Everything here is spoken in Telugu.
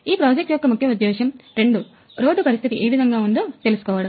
ఈ ప్రాజెక్టు యొక్క ముఖ్య ఉద్దేశం రోడ్డు పరిస్థితి ఏవిధంగా ఉందో తెలుసుకోవడం